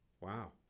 wow